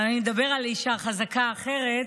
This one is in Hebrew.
אבל אני אדבר על אישה חזקה אחרת,